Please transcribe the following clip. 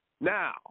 Now